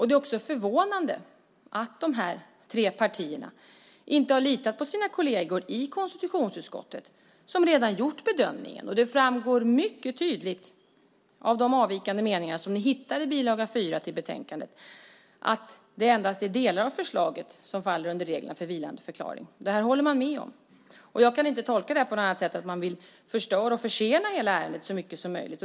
Det är också förvånande att de här tre partierna inte har litat på sina kolleger i konstitutionsutskottet som redan gjort bedömningen. Det framgår mycket tydligt av de avvikande meningar som ni hittar i bil. 4 till betänkandet att det endast är delar av förslaget som faller under reglerna för vilandeförklaring. Det här håller man med om. Jag kan inte tolka det på något annat sätt än att man vill förstöra och försena hela ärendet så mycket som möjligt.